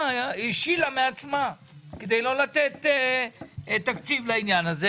השילה מעצמה כדי לא לתת תקציב לעניינים הללו.